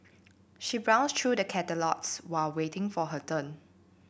she browsed through the catalogues while waiting for her turn